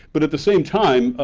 but at the same time,